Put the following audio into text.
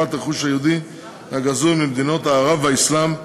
חבר הכנסת אורן חזן בנושא: השבת רכוש יהודי גזול ממדינות הערב והאסלאם,